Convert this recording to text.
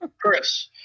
Chris